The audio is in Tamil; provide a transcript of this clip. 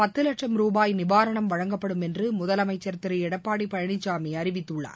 பத்து லட்சம் ருபாய் நிவாரணம் வழங்கப்படும் என்று முதலமைச்சர் திரு எடப்பாடி பழனிசாமி அறிவித்துள்ளார்